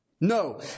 No